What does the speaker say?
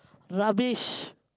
rubbish